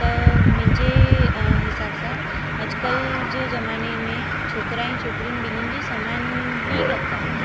त मुहिंजे अ हिसाब सां अॼकल्ह जे जमाने में छोकिरा ऐं छोकिरियूं ॿिनिनि जी समान ई हक़ आहे